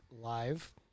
live